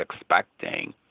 expecting